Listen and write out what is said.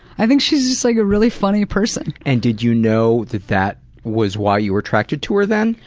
i think she's just like a really funny person. and did you know that that was why you were attracted to her then?